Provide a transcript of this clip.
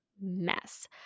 mess